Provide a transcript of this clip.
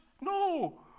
No